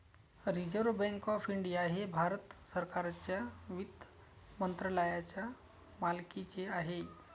reserve bank of India हे भारत सरकारच्या वित्त मंत्रालयाच्या मालकीचे आहे